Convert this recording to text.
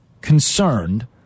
concerned